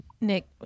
Nick